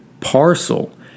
parcel